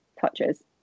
touches